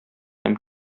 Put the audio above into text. һәм